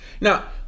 Now